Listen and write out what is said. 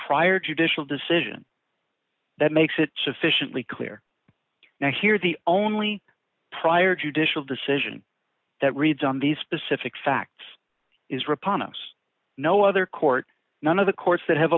prior judicial decision that makes it sufficiently clear now here the only prior judicial decision that reads on the specific facts is repond us no other court none of the courts that have